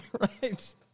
Right